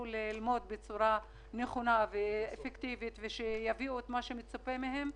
בצורה נכונה ויביאו את מה שמצופה מהם,